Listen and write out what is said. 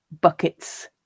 bucket's